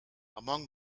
among